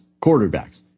quarterbacks